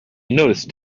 noticed